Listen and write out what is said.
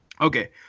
Okay